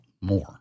more